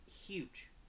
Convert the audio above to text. Huge